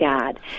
God